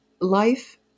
life